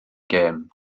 gêm